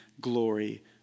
glory